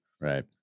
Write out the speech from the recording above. Right